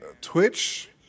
Twitch